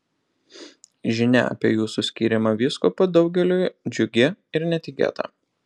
žinia apie jūsų skyrimą vyskupu daugeliui džiugi ir netikėta